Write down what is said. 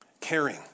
Caring